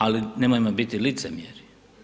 Ali, nemojmo biti licemjeri.